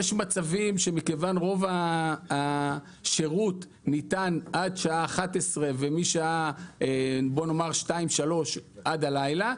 יש מקרים שמכיוון שרוב השירות ניתן עד שעה 11 ואז משעה 2 3 ועד הלילה,